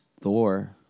Thor